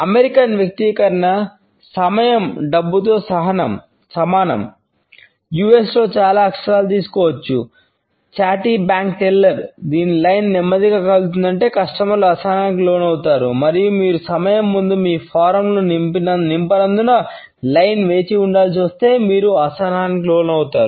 American వేచి ఉండాల్సి వస్తే మీరు కూడా అసహనానికి లోనవుతారు